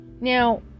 Now